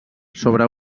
sobre